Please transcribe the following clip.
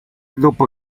dopo